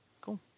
cool